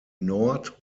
nord